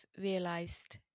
realised